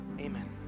amen